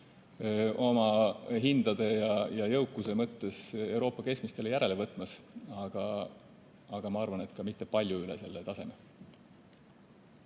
oma hindade ja jõukuse mõttes Euroopa keskmistele järele võtmas, aga ma arvan, et ka mitte palju üle selle taseme.